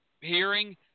hearing